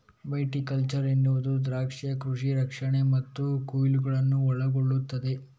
viticulture ಎನ್ನುವುದು ದ್ರಾಕ್ಷಿಯ ಕೃಷಿ ರಕ್ಷಣೆ ಮತ್ತು ಕೊಯ್ಲುಗಳನ್ನು ಒಳಗೊಳ್ಳುತ್ತದೆ